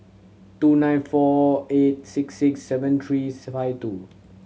two nine four eight six six seven threes five two